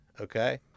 Okay